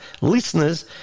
listeners